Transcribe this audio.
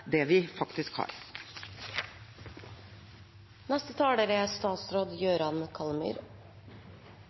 det vi faktisk har.